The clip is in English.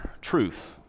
truth